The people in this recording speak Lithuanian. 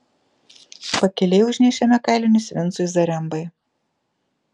pakeliui užnešėme kailinius vincui zarembai